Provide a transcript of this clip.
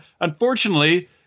unfortunately